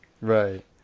Right